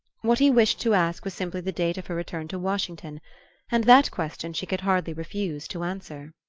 what he wished to ask was simply the date of her return to washington and that question she could hardly refuse to answer.